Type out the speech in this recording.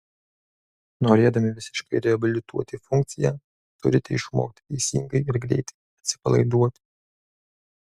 norėdami visiškai reabilituoti funkciją turite išmokti teisingai ir greitai atsipalaiduoti